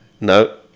No